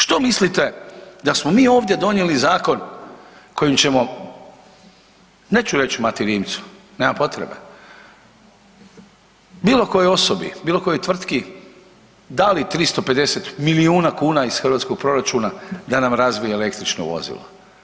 Što mislite da smo mi ovdje donijeli zakon kojim ćemo neću reći Mati Rimcu, nema potrebe, bilo kojoj osobi, bilo kojoj tvrtki dakli 350 milijuna kuna iz hrvatskog proračuna da nam razvije električno vozilo.